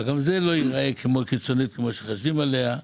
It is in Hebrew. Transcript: וגם היא לא תהיה קיצונית כפי שחושבים עליה.